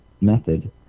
method